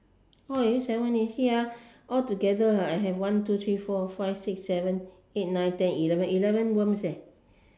oh seven you see ah altogether ah I have one two three four five six seven eight nine ten eleven eleven worms eh